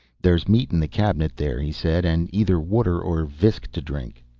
there's meat in the cabinet there, he said, and either water or visk to drink.